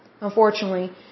unfortunately